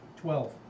Twelve